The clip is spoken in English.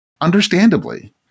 Understandably